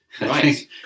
right